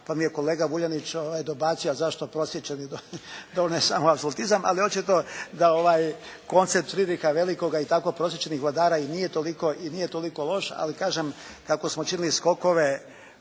pa mi je kolega Vuljanić dobacio “a zašto prosvijećeni“, ali očito da ovaj koncept Fridricha Velikog i tako prosvijećenih vladara i nije toliko loš. Ali kažem, kako smo činili skokove